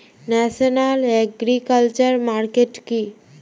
National agriculture market কি?